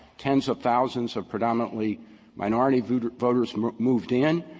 tens of thousands of predominantly minority voters voters moved in,